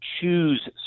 choose